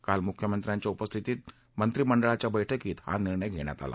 काल मुख्यमंत्र्यांच्या उपस्थितीत मंत्रिमंडळाच्या बैठकीत हा निर्णय घेण्यात आला